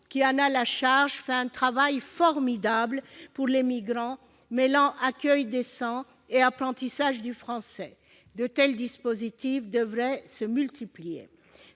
qui en a la charge, réalise un travail formidable pour les migrants, mêlant accueil décent et apprentissage du français. De tels dispositifs devraient se multiplier.